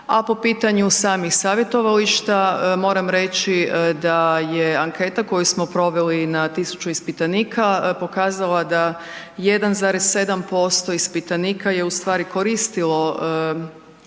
a po pitanju samih savjetovališta, moram reći da je anketa koju smo proveli na 1000 ispitanika pokazala da, 1,7% ispitanika je ustvari koristilo